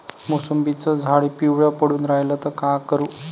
मोसंबीचं झाड पिवळं पडून रायलं त का करू?